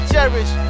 Cherish